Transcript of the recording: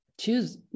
Choose